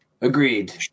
agreed